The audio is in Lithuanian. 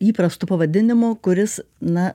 įprastu pavadinimu kuris na